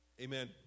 Amen